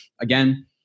Again